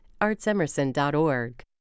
artsemerson.org